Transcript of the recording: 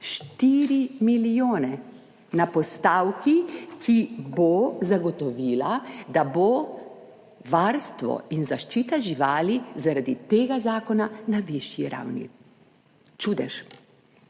4 milijone na postavki, ki bo zagotovila, da bosta varstvo in zaščita živali zaradi tega zakona na višji ravni. Čudež.